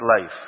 life